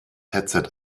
headset